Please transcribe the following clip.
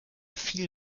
viel